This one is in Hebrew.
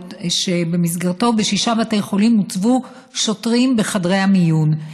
שבמסגרתו בשישה בתי חולים הוצבו שוטרים בחדרי המיון.